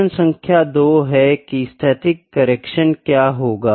प्रश्न सख्य 2 है की स्थैतिक करेक्शन क्या होगा